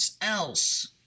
else